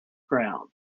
ground